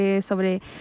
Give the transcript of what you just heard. Sobre